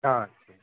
ஆ சரி